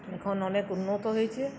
এখন অনেক উন্নত হয়েছে